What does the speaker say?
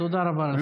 תודה רבה לך.